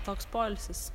toks poilsis